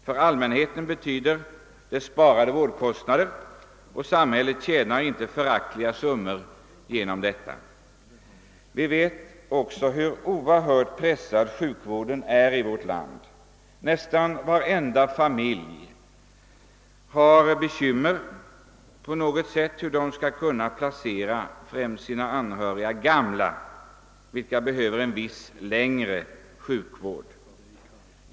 För allmänheten betyder det sparade vårdkostnader, och samhället tjänar inte föraktliga summor genom detta. Vi vet alla hur oerhört pressad sjukvården är i vårt land. Nästan varenda familj har bekymmer på något sätt för hur de skall kunna placera främst sina anhöriga gamla, vilka behöver en viss längre sjukhusvård.